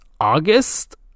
August